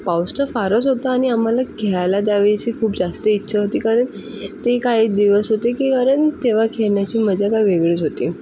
पाऊस तर फारच होता आणि आम्हाला खेळायला जावे अशी खूप जास्त इच्छा होती कारण ते काही दिवस होते की कारण तेव्हा खेळण्याची मजा काही वेगळीच होती